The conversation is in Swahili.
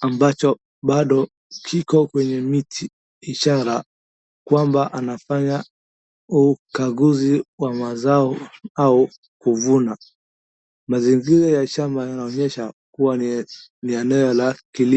ambacho bado kiko kwenye miti, ishara kwamba anafanya ukaguzi wa mazao au kuvuna. Mazingira ya shamba yanaonyesha kuwa ni ya eneo la kilimo.